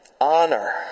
honor